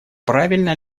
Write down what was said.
правильно